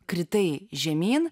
kritai žemyn